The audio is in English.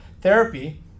therapy